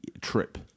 trip